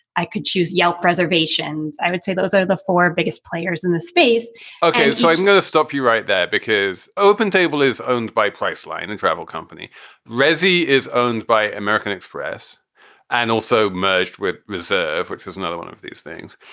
i could choose yelp reservations. i would say those are the four biggest players in the space okay. so i am going to stop you right there, because opentable is owned by priceline and travel company razzy is owned by american express and also merged with reserve, which is another one of these things.